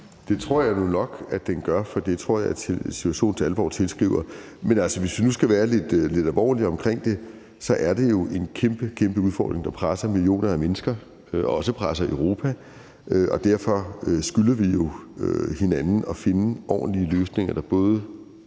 Det tror jeg nu nok at den gør, for det tror jeg at situationens alvor tilsiger. Men hvis vi nu skal være lidt alvorlige omkring det, er det jo en kæmpe, kæmpe udfordring, der presser millioner af mennesker, og også presser Europa, og derfor skylder vi hinanden at finde ordentlige løsninger, der yder